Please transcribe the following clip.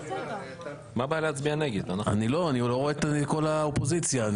אני לא רואה את כל האופוזיציה.